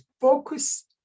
focus